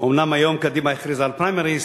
אומנם היום קדימה הכריזה על פריימריס,